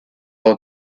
all